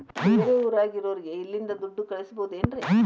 ಬೇರೆ ಊರಾಗಿರೋರಿಗೆ ಇಲ್ಲಿಂದಲೇ ದುಡ್ಡು ಕಳಿಸ್ಬೋದೇನ್ರಿ?